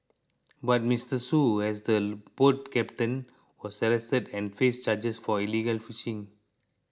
but Mister Shoo as the boat captain was arrested and faced charges for illegal fishing